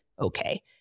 okay